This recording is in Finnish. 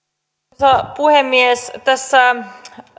arvoisa puhemies tässä